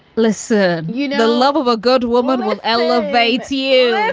less, ah you know, the love of a good woman. what elevates you?